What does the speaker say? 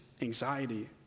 anxiety